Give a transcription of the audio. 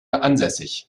ansässig